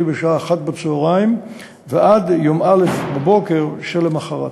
בשעה 13:00 ועד יום א' בבוקר שלמחרת.